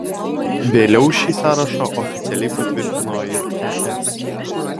vėliau šį sąrašą oficialiai patvirtino ir es